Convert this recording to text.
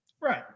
right